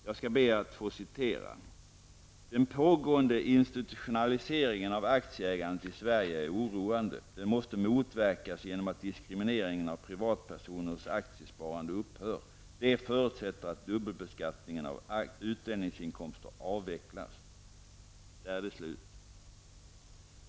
Jag skall be att få citera: ''Den pågående institutionaliseringen av aktieägandet i Sverige är oroande. Den måste motverkas genom att diskrimineringen av privatpersoners aktiesparande upphör. Det förutsätter att dubbelbeskattningen av utdelningsinkomster avvecklas.''